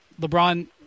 LeBron